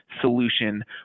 solution